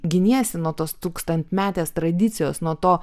giniesi nuo tos tūkstantmetės tradicijos nuo to